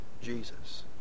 Jesus